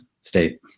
state